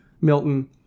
Milton